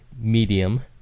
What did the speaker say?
medium